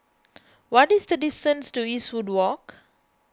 what is the distance to Eastwood Walk